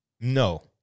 No